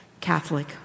Catholic